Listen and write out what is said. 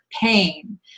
pain